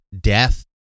death